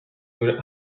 nun